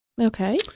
Okay